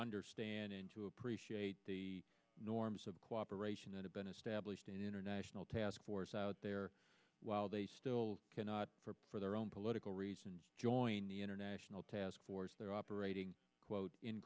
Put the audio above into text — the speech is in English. understand and to appreciate the norms of cooperation that have been established international task force out there while they still cannot for their own political reasons join the international task force there operating quote in